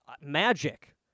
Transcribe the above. magic